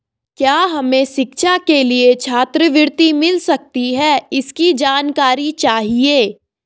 क्या हमें शिक्षा के लिए छात्रवृत्ति मिल सकती है इसकी जानकारी चाहिए?